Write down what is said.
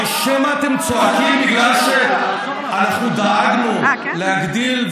או שמא אתם צועקים בגלל שאנחנו דאגנו להגדיל,